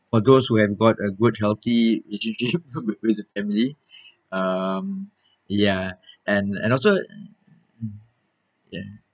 for those who have got a good healthy relationship with the family um ya and and also ya